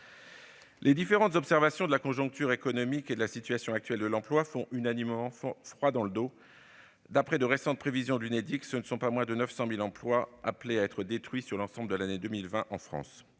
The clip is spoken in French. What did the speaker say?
Les différentes observations sur la conjoncture économique et la situation actuelle de l'emploi font froid dans le dos. D'après de récentes prévisions de l'Unédic, pas moins de 900 000 emplois sont appelés à être détruits sur l'ensemble de l'année 2020 en France.